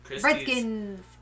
Redskins